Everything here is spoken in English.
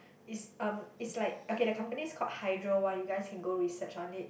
is um is like okay the company is called Hydro One you guys can go research on it